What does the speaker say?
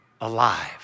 alive